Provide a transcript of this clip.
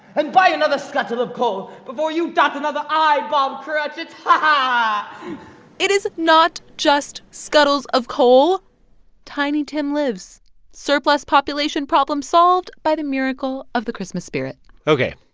and buy another scuttle of coal before you dot another i, bob cratchit. ha-ha um ah it is not just scuttles of coal tiny tim lives surplus population problem, solved by the miracle of the christmas spirit ok,